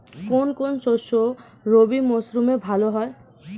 কোন কোন শস্য রবি মরশুমে ভালো হয়?